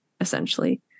essentially